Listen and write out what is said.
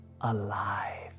alive